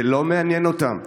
זה לא מעניין אותם.